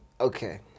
okay